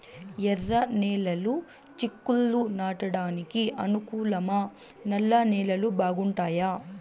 ఎర్రనేలలు చిక్కుళ్లు నాటడానికి అనుకూలమా నల్ల నేలలు బాగుంటాయా